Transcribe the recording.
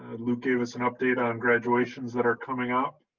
luke gave us and update on graduations that are coming up.